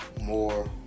more